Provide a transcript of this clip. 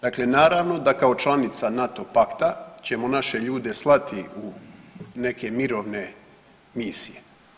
Dakle naravno da kao članica NATO pakta ćemo naše ljude slati u neke mirovne misije.